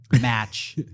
match